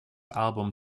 album